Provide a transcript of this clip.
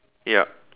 ya